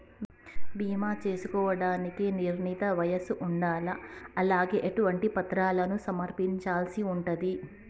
బీమా చేసుకోవడానికి నిర్ణీత వయస్సు ఉండాలా? అలాగే ఎటువంటి పత్రాలను సమర్పించాల్సి ఉంటది?